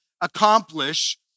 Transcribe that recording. accomplish